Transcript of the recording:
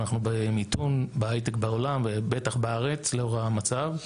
ואנחנו במיתון בהייטק בעולם ובטח בארץ לאור המצב.